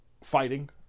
fighting